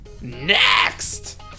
Next